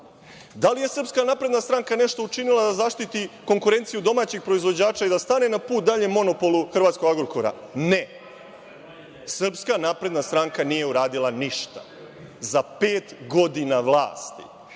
Da li je Srpska napredna stranka nešto učinila da zaštiti konkurenciju domaćih proizvođača i da stane na put daljem monopolu hrvatskog „Agrokora“? Ne. Srpska napredna stranka nije uradila ništa za pet godina vlasti.